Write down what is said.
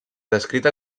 descrita